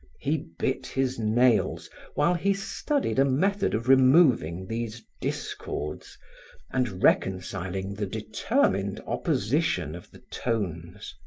he bit his nails while he studied a method of removing these discords and reconciling the determined opposition of the tones.